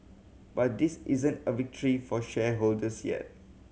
but this isn't a victory for shareholders yet